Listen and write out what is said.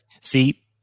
See